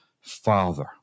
Father